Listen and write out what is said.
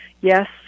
yes